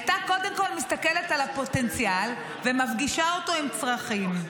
הייתה קודם כול מסתכלת על הפוטנציאל ומפגישה אותו עם צרכים.